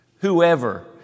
Whoever